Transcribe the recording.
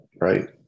right